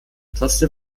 trotzdem